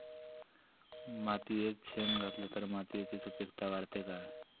मातयेत शेण घातला तर मातयेची सुपीकता वाढते काय?